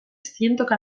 zientoka